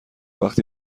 وقتی